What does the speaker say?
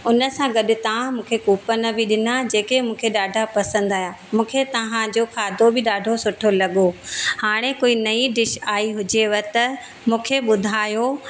उन सां गॾु तव्हां मूंखे कूपन बि ॾिना जेके मूंखे ॾाढा पसंदि आहियां मूंखे तव्हां जो खाधो बि ॾाढो सुठो लॻो हाणे कोई नई डिश आई हुजेव त मूंखे ॿुधायो